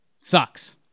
Sucks